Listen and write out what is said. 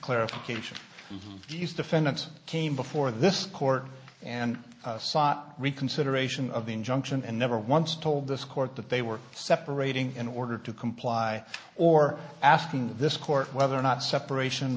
clarification from these defendants came before this court and sought reconsideration of the injunction and never once told this court that they were separating in order to comply or asking this court whether or not separation